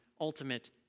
ultimate